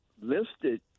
listed